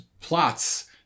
plots